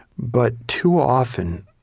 but too often,